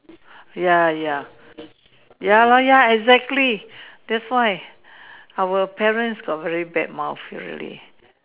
ya ya ya lor ya exactly that's why our parents got very bad mouth really